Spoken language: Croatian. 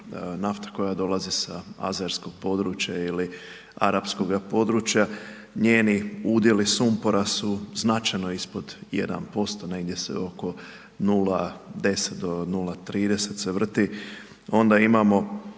nafta koja dolazi sa azerskog područja ili arapskoga područja, njeni udjeli sumpora su značajno ispod 1%, negdje se oko 0,10 do 0,30 se vrti, onda imamo